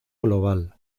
global